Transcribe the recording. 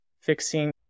fixing